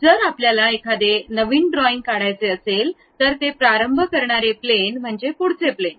जर आपल्याला एखादे नवीन ड्रॉईंग काढायचे असेल तर ते प्रारंभ करणारे प्लेन म्हणजे पुढचे प्लेन